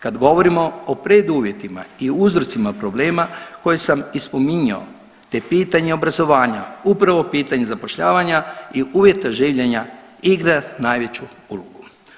Kad govorimo o preduvjetima i uzrocima problema koje sam i spominjao, te pitanje obrazovanja upravo pitanje zapošljavanja i uvjeta življenja igra najveću ulogu.